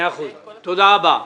תודה רבה,